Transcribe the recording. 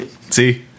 See